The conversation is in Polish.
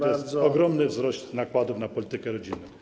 To jest ogromny wzrost nakładów na politykę rodzinną.